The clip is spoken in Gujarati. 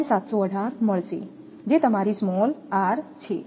718 મળશે જે તમારી સ્મોલ r છે